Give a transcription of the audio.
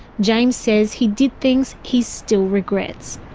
james says he did things he still regrets.